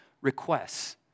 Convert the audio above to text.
requests